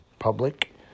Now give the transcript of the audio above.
public